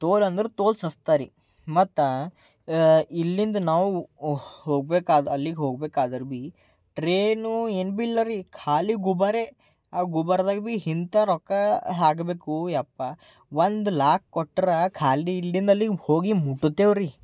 ತೋಲ ಅಂದ್ರೆ ತೋಲ ಸಸ್ತಾ ರೀ ಮತ್ತ ಇಲ್ಲಿಂದ ನಾವು ಒ ಹೋಗಬೇಕಾದ ಅಲ್ಲಿಗೆ ಹೋಗಬೇಕಾದರೆ ಭೀ ಟ್ರೇನೂ ಏನೂ ಭೀ ಇಲ್ಲ ರೀ ಖಾಲಿ ಗುಬ್ಬಾರೆ ಆ ಗುಬಾರೆದಾಗ ಭೀ ಇಂಥ ರೊಕ್ಕ ಹಾಕ್ಬೇಕು ಅಪ್ಪಾ ಒಂದು ಲಾಖ ಕೊಟ್ರ ಖಾಲಿ ಇಲ್ಲಿಂದ ಅಲ್ಲಿ ಹೋಗಿ ಮುಟ್ಟತ್ತೇವೆ ರೀ